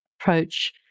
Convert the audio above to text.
approach